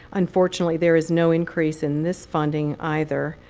unfortunately, there is no increase in this funding, either.